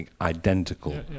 Identical